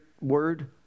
word